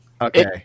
Okay